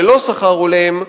ללא שכר הולם,